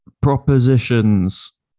propositions